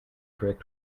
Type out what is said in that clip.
trick